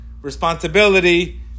responsibility